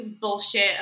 bullshit